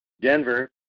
Denver